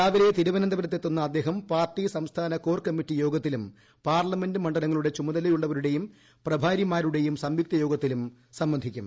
രാവിലെ തിരുവനന്തപുരത്തെത്തുന്ന അദ്ദേഹം പാർട്ടി സംസ്ഥാന കോർ കമ്മറ്റി യോഗത്തിലും പാർലമെൻറ് മണ്ഡലങ്ങളുടെ ചുമതലയുള്ളവരുടെയും പ്രഭാരിമാരുടെയും സംയുക്ത യോഗത്തിലും സംബന്ധിക്കും